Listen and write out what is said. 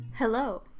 Hello